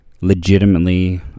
legitimately